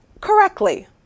correctly